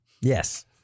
Yes